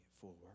forward